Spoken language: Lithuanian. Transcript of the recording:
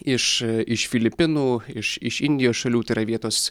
iš iš filipinų iš iš indijos šalių tai yra vietos